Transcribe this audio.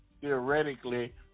theoretically